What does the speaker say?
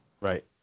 Right